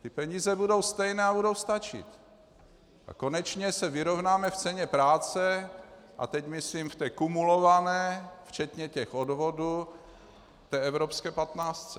Ty peníze budou stejné a budou stačit a konečně se vyrovnáme v ceně práce, a teď myslím v té kumulované, včetně odvodů, té evropské patnáctce.